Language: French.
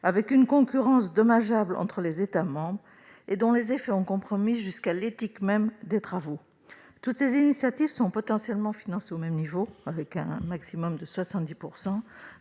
avec une concurrence dommageable entre États membres dont les effets ont compromis jusqu'à l'éthique même des travaux. Toutes ces initiatives sont potentiellement financées au même niveau, avec un maximum de 70